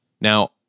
Now